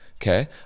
Okay